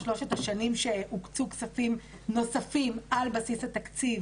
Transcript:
שלוש השנים שהוקצו כספים נוספים על בסיס התקציב,